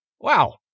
Wow